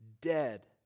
Dead